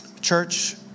Church